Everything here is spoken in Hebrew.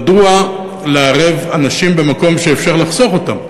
מדוע לערב אנשים במקום שאפשר לחסוך אותם?